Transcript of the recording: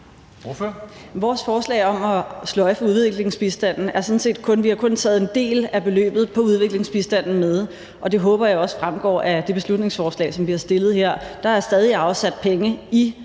vores forslag om at sløjfe udviklingsbistanden har vi sådan set kun taget en del af beløbet på udviklingsbistanden med, og det håber jeg også fremgår af det beslutningsforslag, som vi har fremsat her. Der er stadig afsat penge i